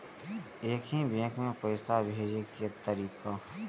एक ही बैंक मे पैसा भेजे के तरीका?